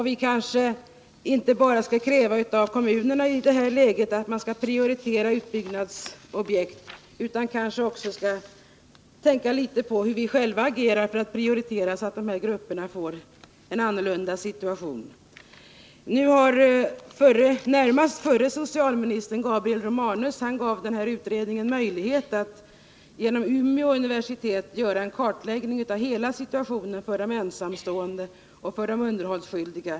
Vi kanske inte i detta läge skall kräva av kommunerna att de skall prioritera utbyggnadsobjekt, utan vi skall kanske också tänka litet på hur vi själva agerar för att prioritera så att dessa grupper får en annan situation. Förutvarande socialministern Gabriel Romanus gav denna kommitté möjlighet att låta Umeå universitet göra en kartläggning av hela situationen för de ensamstående och underhållsskyldiga.